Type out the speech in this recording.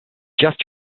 just